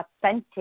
authentic